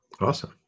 Awesome